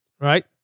right